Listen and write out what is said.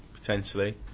Potentially